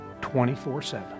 24-7